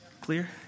clear